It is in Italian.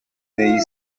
negli